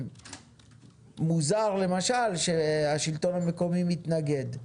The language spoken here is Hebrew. מוזר, למשל, שהשלטון המקומי מתנגד.